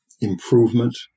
improvement